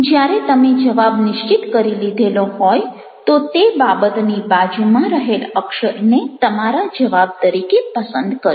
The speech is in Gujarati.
જ્યારે તમે જવાબ નિશ્ચિત કરી લીધેલો હોય તો તે બાબતની બાજુમાં રહેલ અક્ષરને તમારા જવાબ તરીકે પસંદ કરો